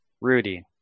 Rudy